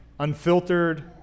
unfiltered